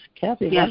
Kathy